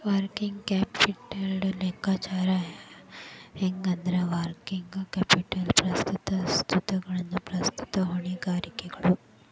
working ಕ್ಯಾಪಿಟಲ್ದ್ ಲೆಕ್ಕಾಚಾರ ಹೆಂಗಂದ್ರ, ವರ್ಕಿಂಗ್ ಕ್ಯಾಪಿಟಲ್ ಪ್ರಸ್ತುತ ಸ್ವತ್ತುಗಳು ಪ್ರಸ್ತುತ ಹೊಣೆಗಾರಿಕೆಗಳು